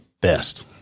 best